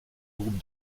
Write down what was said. groupe